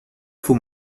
faut